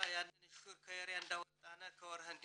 הם אמרו לו שזה יהיה רשום אבל ברגע שהוא החליט,